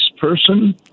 person